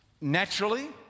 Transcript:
Naturally